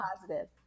Positive